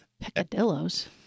Peccadillos